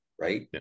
right